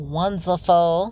wonderful